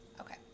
Okay